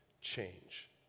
change